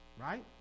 right